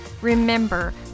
Remember